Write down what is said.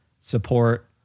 support